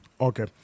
Okay